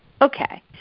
okay